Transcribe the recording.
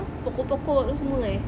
pokok pokok semua eh